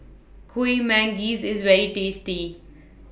Kuih Manggis IS very tasty